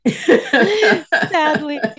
Sadly